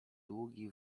długi